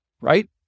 Right